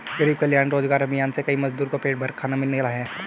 गरीब कल्याण रोजगार अभियान से कई मजदूर को पेट भर खाना मिला है